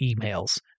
emails